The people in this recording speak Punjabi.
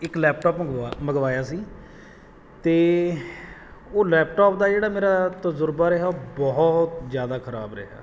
ਇੱਕ ਲੈਪਟੋਪ ਮੰਗਵ ਮੰਗਵਾਇਆ ਸੀ ਅਤੇ ਉਹ ਲੈਪਟਾਪ ਦਾ ਜਿਹੜਾ ਮੇਰਾ ਤਜ਼ਰਬਾ ਰਿਹਾ ਉਹ ਬਹੁਤ ਜ਼ਿਆਦਾ ਖਰਾਬ ਰਿਹਾ